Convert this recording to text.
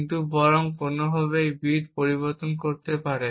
কিন্তু বরং সে কোনোভাবে এই বিট পরিবর্তন করতে পারে